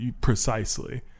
precisely